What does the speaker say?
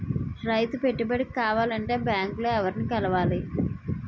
రైతు పెట్టుబడికి కావాలంటే బ్యాంక్ లో ఎవరిని కలవాలి?